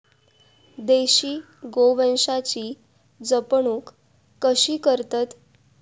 देशी गोवंशाची जपणूक कशी करतत?